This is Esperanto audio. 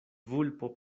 vulpo